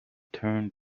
turned